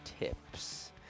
tips